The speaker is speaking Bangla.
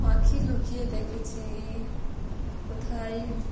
পাখি লুকিয়ে দেখেছি কোথায়